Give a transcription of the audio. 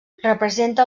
representa